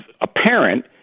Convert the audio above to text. apparent